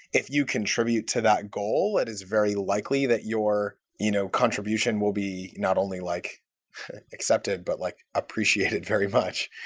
if you contribute to that goal, it is very likely that your you know contribution will be not only like accepted, but like appreciated very much.